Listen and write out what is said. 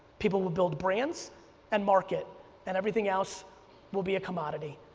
people will build brands and market and everything else will be a commodity,